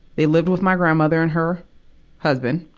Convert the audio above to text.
they lived with my grandmother and her husband.